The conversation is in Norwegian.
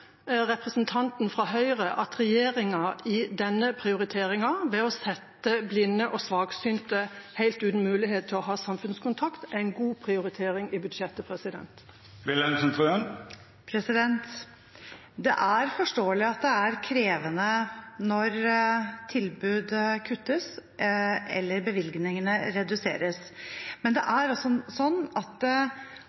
representanten fra Høyre at regjeringa, ved å la blinde og svaksynte være helt uten mulighet til å ha samfunnskontakt, har en god prioritering i budsjettet? Det er forståelig at det er krevende når tilbud kuttes eller bevilgninger reduseres. Men det